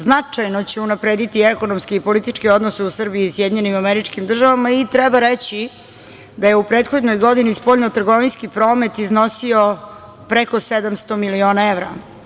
Značajno će unaprediti ekonomske i političke odnose u Srbiji i SAD i treba reći da je u prethodnoj godini spoljno-trgovinski promet iznosio preko 700 miliona evra.